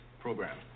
program